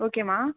ஓகேம்மா